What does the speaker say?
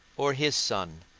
or his son,